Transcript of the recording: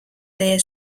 teie